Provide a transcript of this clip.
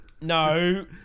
no